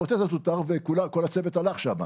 התפוצץ התותח וכל הצוות הלך שם,